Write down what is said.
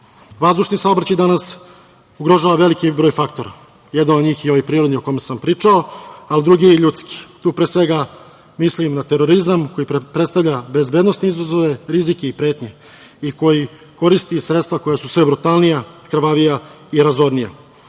bilo. Vazdušni saobraćaj danas ugrožava veliki broj faktora, jedan od njih je i ovaj prirodni, o kojem sam vam pričao, a drugi je ljudski. Tu, pre svega mislim na terorizam, koji predstavlja bezbednosne izazove, rizike i pretnje i koji koristi sredstva koja su sve brutalnija, krvavija i razornija.